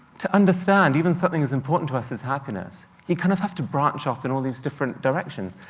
to understand even something as important to us as happiness, you kind of have to branch off in all these different directions,